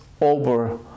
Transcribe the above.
over